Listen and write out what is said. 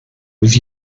with